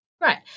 Right